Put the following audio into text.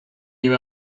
you